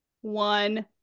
one